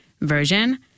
version